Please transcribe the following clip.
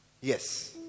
Yes